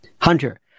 Hunter